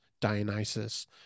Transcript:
Dionysus